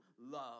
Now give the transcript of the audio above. love